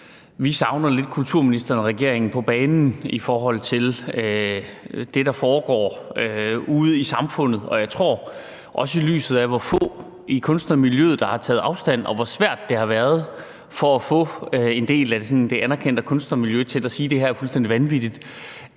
vi savner lidt at få kulturministeren og regeringen på banen i forhold til det, der foregår ude i samfundet. Og jeg tror – også set i lyset af hvor få i kunstnermiljøet der har taget afstand fra det og hvor svært det har været at få en del af sådan det anerkendte kunstnermiljø til at sige, at det her er fuldstændig vanvittigt